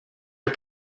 are